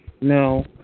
no